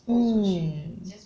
mm